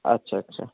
আচ্ছা আচ্ছা